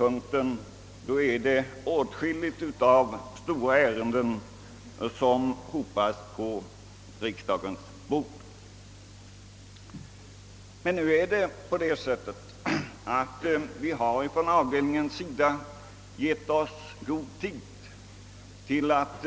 Alla vet att åtskilliga stora ärenden vid den tidpunkten brukar hopas på riksdagens bord. Avdelningen har emellertid tagit god tid på sig att